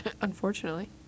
Unfortunately